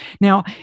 Now